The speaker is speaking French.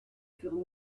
furent